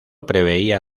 preveía